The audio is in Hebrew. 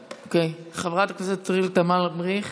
חברת הכנסת ע'דיר כמאל מריח.